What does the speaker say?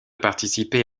participer